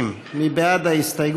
50. מי בעד ההסתייגות?